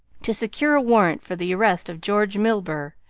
to secure a warrant for the arrest of george milburgh,